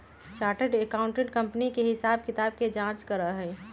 chartered accountant company के हिसाब किताब के जाँच करा हई